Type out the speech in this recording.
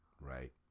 Right